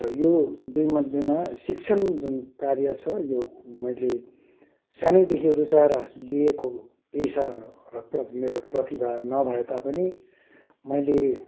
र यो दुईमध्येमा शिक्षण जुन कार्य छ यो मैले सानैदेखि रुचाएर लिएको पेसा हतपत मेरो प्रतिभा नभए तापनि मैले